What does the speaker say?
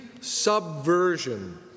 subversion